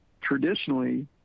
traditionally